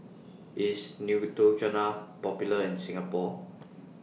IS Neutrogena Popular in Singapore